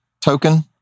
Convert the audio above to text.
token